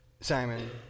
Simon